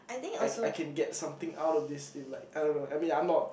I I can get something out of this in like I don't know I mean I'm not